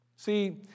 See